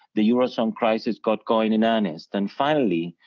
the eurozone crisis got going in earnest and finally,